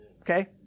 Okay